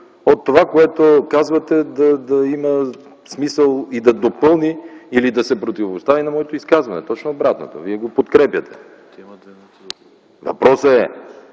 от това, което казвате, да има смисъл и да допълни или да се противопостави на моето изказване. Точно обратното, Вие го подкрепяте. Въпросът е